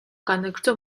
განაგრძო